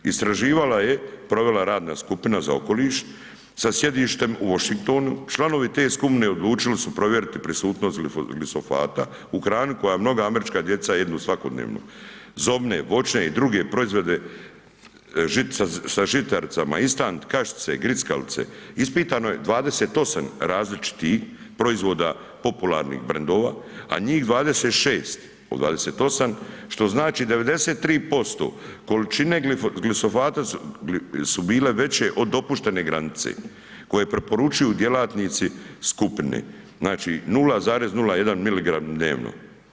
Istraživanje je provela radna skupina za okoliš sa sjedištem u Washingtonu, članovi te skupine odlučili su provjeriti prisutnost glifosata u hrani koja mnoga američka djeca jedu svakodnevno, zobne, voćne i druge proizvode sa žitaricama, instant kašice, grickalice, ispitano je 28 različitih proizvoda popularnih brendova, a njih 26, od 28, što znači 93% količine glifosata su bile veće od dopuštene granice koje preporučuju djelatnici skupine, znači 0,01 miligram dnevno.